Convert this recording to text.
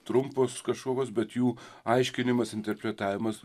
trumpos kažkokios bet jų aiškinimas interpretavimas